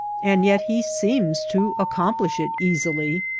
and yet he seems to accomplish it easily.